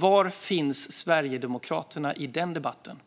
Var finns Sverigedemokraterna i den debatten?